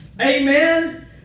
Amen